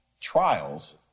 trials